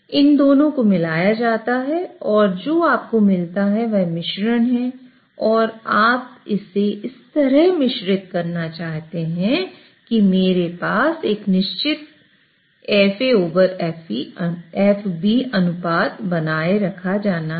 इन दोनों को मिलाया जाता है और जो आपको मिलता है वह मिश्रण है और आप इसे इस तरह से मिश्रित करना चाहते हैं कि मेरे पास एक निश्चित FA FBअनुपात बनाए रखा जाना है